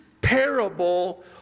parable